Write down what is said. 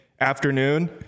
afternoon